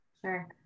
Sure